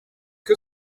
que